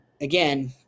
Again